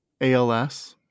ALS